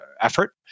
effort